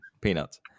Peanuts